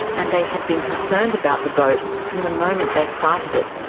and they had been concerned about the boat from the moment they sighted it.